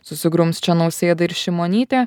susigrums čia nausėda ir šimonytė